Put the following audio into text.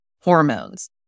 hormones